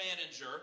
manager